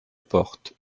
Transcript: portes